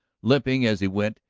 limping as he went,